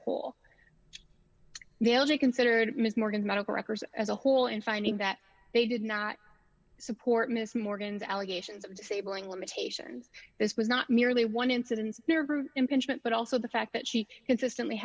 whole they'll be considered ms morgan medical records as a whole in finding that they did not support ms morgan's allegations of disabling limitations this was not merely one incidence impingement but also the fact that she consistently